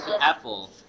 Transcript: Apple